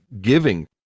giving